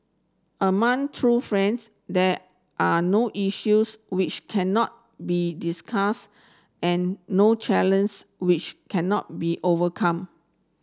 among true friends there are no issues which cannot be discussed and no which cannot be overcome